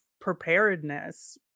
preparedness